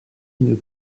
une